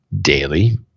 daily